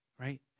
Right